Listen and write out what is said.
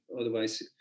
Otherwise